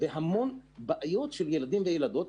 בהמון בעיות של ילדים וילדות.